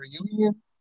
reunion